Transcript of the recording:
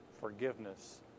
forgiveness